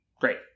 Great